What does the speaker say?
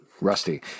Rusty